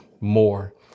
more